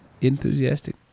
Enthusiastic